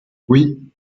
oui